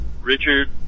Richard